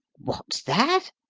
what's that?